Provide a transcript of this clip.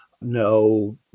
no